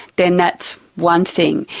then that's one thing.